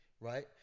right